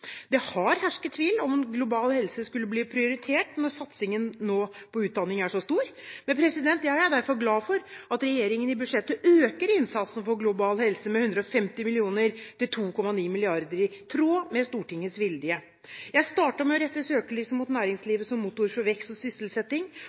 Det har hersket tvil om hvorvidt global helse skulle bli prioritert når satsingen på utdanning nå er så stor. Jeg er derfor glad for at regjeringen i budsjettet øker innsatsen for global helse med 150 mill. kr til 2,9 mrd. kr, i tråd med Stortingets vilje. Jeg startet med å rette søkelyset mot